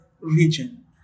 region